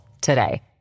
today